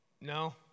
No